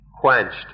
quenched